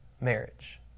marriage